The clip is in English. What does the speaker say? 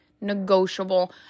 negotiable